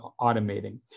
automating